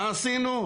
מה עשינו?